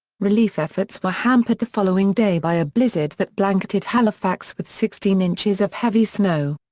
relief efforts were hampered the following day by a blizzard that blanketed halifax with sixteen inches of heavy snow.